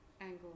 angle